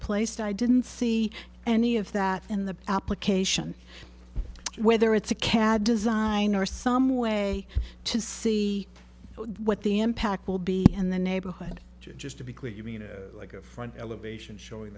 placed i didn't see any of that in the application whether it's a cad design or some way to see what the impact will be in the neighborhood just to be clear you mean like a front elevation showing